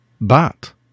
Bat